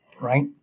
right